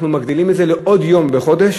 אנחנו מגדילים את זה לעוד יום בחודש,